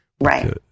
Right